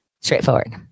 straightforward